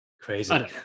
crazy